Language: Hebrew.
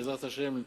בעזרת השם,